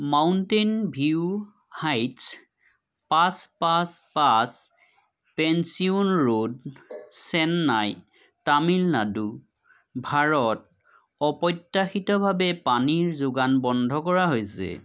mountain View Heights পাঁচ পাঁচ পাঁচ পেন্থিওন ৰোড চেন্নাই তামিলনাডু ভাৰতত অপ্ৰত্যাশিতভাৱে পানীৰ যোগান বন্ধ কৰা হৈছে